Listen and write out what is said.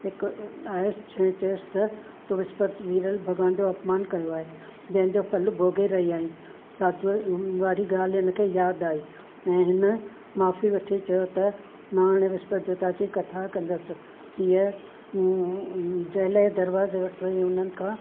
हिकु आयुसि ऐं चयुसि त तूं विस्पति वीरल भॻवान जो अपमानु कयो आहे जंहिंजो फलु भोगे रहीं आईं साधू वारी ॻाल्हि हिनखे यादि आई ऐं हिन माफ़ी वठी चयो त मां हाणे विस्पति देवता जी कथा कंदसि इहा जेल जे दरवाज़े वटि वई हुननि खां